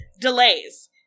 Delays